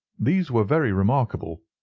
these were very remarkable,